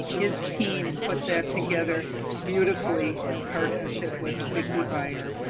his team put that together beautifully in partnership with vicki byer,